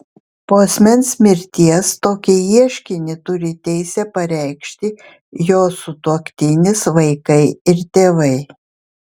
po asmens mirties tokį ieškinį turi teisę pareikšti jo sutuoktinis vaikai ir tėvai